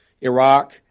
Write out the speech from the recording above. Iraq